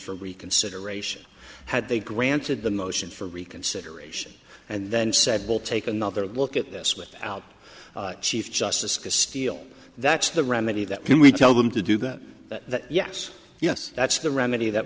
for reconsideration had they granted the motion for reconsideration and then said we'll take another look at this with out chief justice steele that's the remedy that can we tell them to do that that yes yes that's the remedy that